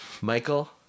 Michael